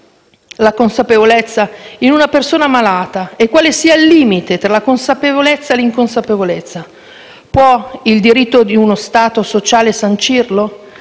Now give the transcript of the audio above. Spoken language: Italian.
la consapevolezza in una persona malata e quale sia il limite tra la consapevolezza e l'inconsapevolezza. Può il diritto di uno Stato sociale sancirlo?